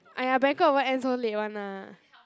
!aiya! banquet won't end so late [one] lah